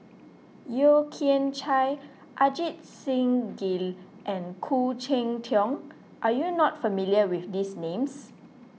Yeo Kian Chye Ajit Singh Gill and Khoo Cheng Tiong are you not familiar with these names